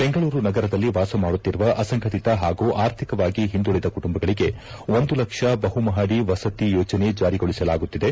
ಬೆಂಗಳೂರು ನಗರದಲ್ಲಿ ವಾಸ ಮಾಡುತ್ತಿರುವ ಅಸಂಘಟಿತ ಹಾಗೂ ಅರ್ಥಿಕವಾಗಿ ಹಿಂದುಳಿದ ಕುಟುಂಬಗಳಿಗೆ ಒಂದು ಲಕ್ಷ ಬಹುಮಹಡಿ ವಸತಿ ಯೋಜನೆ ಜಾರಿಗೊಳಿಸಲಾಗುತ್ತಿದೆ